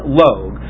log